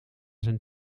zijn